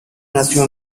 nació